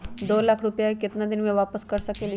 दो लाख रुपया के केतना दिन में वापस कर सकेली?